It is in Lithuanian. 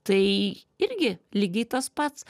tai irgi lygiai tas pats